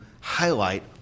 highlight